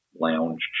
lounge